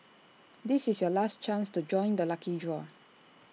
this is your last chance to join the lucky draw